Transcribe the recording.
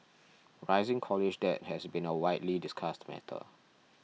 rising college debt has been a widely discussed matter